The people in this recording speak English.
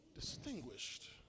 Distinguished